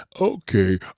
okay